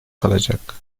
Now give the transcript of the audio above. kalacak